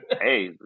Hey